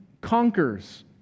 conquers